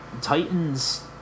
titans